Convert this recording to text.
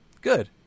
Good